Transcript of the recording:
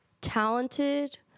talented